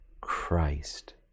christ